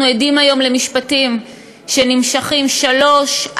אנחנו עדים היום למשפטים שנמשכים שלוש,